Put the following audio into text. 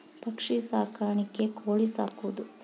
ಪಕ್ಷಿ ಸಾಕಾಣಿಕೆ ಕೋಳಿ ಸಾಕುದು